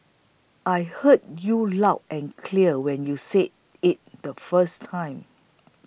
I heard you loud and clear when you said it the first time